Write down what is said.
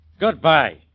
Goodbye